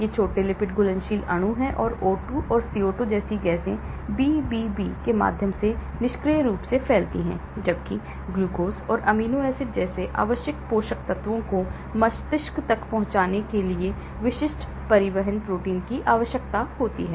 ये छोटे लिपिड घुलनशील अणु हैं और O2 और CO2 जैसी गैसें BBB के माध्यम से निष्क्रिय रूप से फैलती हैं जबकि ग्लूकोज और अमीनो एसिड जैसे आवश्यक पोषक तत्वों को मस्तिष्क तक पहुंचने के लिए विशिष्ट परिवहन प्रोटीन की आवश्यकता होती है